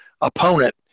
opponent